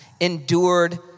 endured